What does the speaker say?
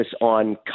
on